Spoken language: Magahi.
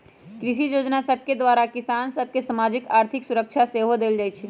कृषि जोजना सभके द्वारा किसान सभ के सामाजिक, आर्थिक सुरक्षा सेहो देल जाइ छइ